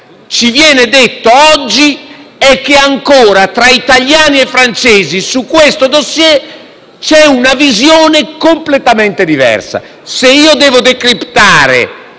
ci viene detto oggi è che tra italiani e francesi su questo*dossier* c'è ancora una visione completamente diversa. Se devo decrittare